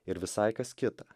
ir visai kas kita